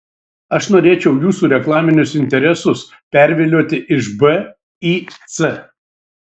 aš norėčiau jūsų reklaminius interesus pervilioti iš b į c